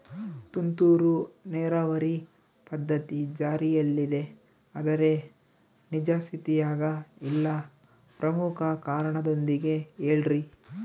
ತುಂತುರು ನೇರಾವರಿ ಪದ್ಧತಿ ಜಾರಿಯಲ್ಲಿದೆ ಆದರೆ ನಿಜ ಸ್ಥಿತಿಯಾಗ ಇಲ್ಲ ಪ್ರಮುಖ ಕಾರಣದೊಂದಿಗೆ ಹೇಳ್ರಿ?